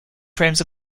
frames